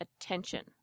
attention